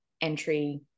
entry